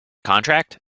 contract